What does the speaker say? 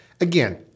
Again